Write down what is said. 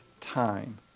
time